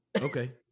Okay